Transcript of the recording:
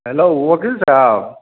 hello वकील साहब